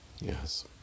Yes